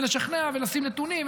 לשים נתונים,